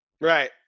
Right